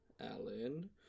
Alan